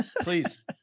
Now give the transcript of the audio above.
Please